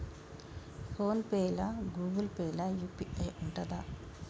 Phone pay లా Google Pay లా UPI ఉంటదా?